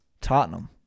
Tottenham